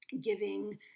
giving